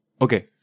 Okay